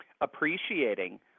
appreciating –